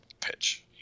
pitch